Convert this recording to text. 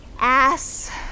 ass